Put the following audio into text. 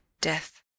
death